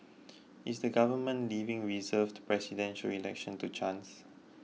is the government leaving reserved Presidential Election to chance